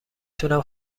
تونم